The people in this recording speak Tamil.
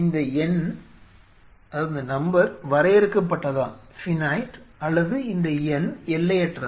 இந்த எண் வரையறுக்கப்பட்டதா அல்லது இந்த எண் எல்லையற்றதா